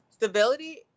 Stability